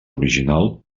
original